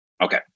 Okay